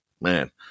Man